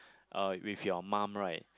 uh with your mum right